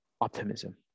optimism